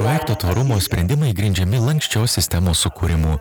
projekto tvarumo sprendimai grindžiami lanksčios sistemos sukūrimu